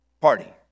party